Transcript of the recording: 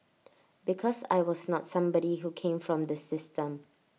because I was not somebody who came from the system